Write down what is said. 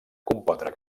compondre